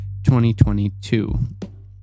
2022